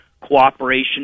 cooperation